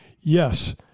Yes